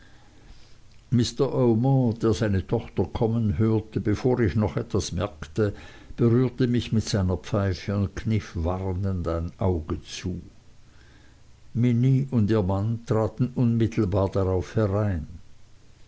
omer der seine tochter kommen hörte bevor ich noch etwas merkte berührte mich mit seiner pfeife und kniff warnend ein auge zu minnie und ihr mann traten unmittelbar darauf herein